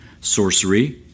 sorcery